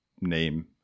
name